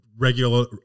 regular